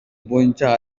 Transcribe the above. боюнча